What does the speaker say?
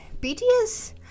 BTS